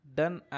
done